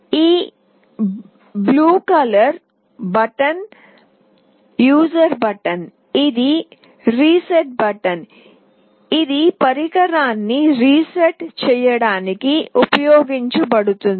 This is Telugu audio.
ఈ blue colour button user button ఇది రీసెట్ బటన్ ఇది పరికరాన్ని రీసెట్ చేయడానికి ఉపయోగించబడుతుంది